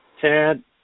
Tad